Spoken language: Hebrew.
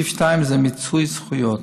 הסעיף השני זה מיצוי זכויות.